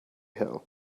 hill